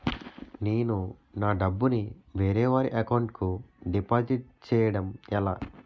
నేను నా డబ్బు ని వేరే వారి అకౌంట్ కు డిపాజిట్చే యడం ఎలా?